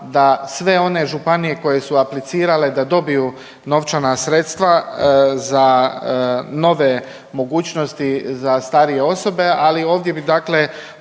da sve one županije koje su aplicirale da dobiju novčana sredstva za nove mogućnosti za starije osobe, ali ovdje bi dakle